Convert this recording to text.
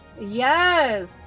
Yes